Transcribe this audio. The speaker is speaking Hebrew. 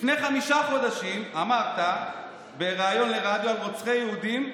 לפני חמישה חודשים אמרת בריאיון לרדיו על רוצחי יהודים: